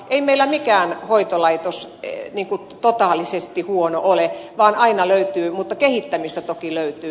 ei meillä mikään hoitolaitos totaalisesti huono ole mutta kehittämistä toki löytyy